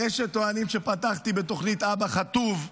ברשת טוענים שפתחתי בתוכנית אבא חטוב.